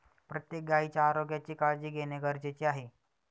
प्रत्येक गायीच्या आरोग्याची काळजी घेणे गरजेचे आहे